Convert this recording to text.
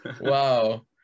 Wow